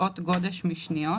"שעות גודש משניות"